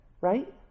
Right